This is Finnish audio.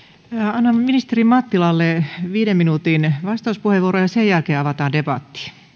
annan ministeri mattilalle viiden minuutin vastauspuheenvuoron ja sen jälkeen avataan debatti